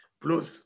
plus